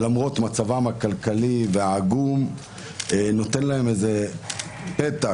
שלמרות מצבם הכלכלי העגום נותן להם איזה פתח,